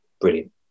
brilliant